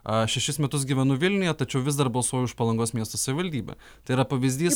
šešis metus gyvenu vilniuje tačiau vis dar balsuoju už palangos miesto savivaldybę tai yra pavyzdys